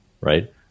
right